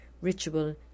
ritual